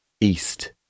East